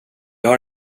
har